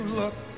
look